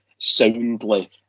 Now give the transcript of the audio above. soundly